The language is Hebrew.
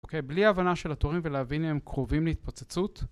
אוקיי, בלי ההבנה של התורים ולהבין אם הם קרובים להתפוצצות.